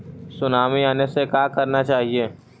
Tsunami आने से का करना चाहिए?